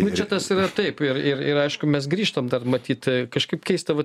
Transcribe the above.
biudžetas yra taip ir ir ir aišku mes grįžtam dar matyt a kažkaip keista vat